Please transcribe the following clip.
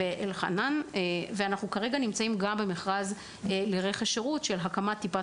כרגע אנחנו בשלבי הוצאת מכרז לרכש שירות של הקמת טיפת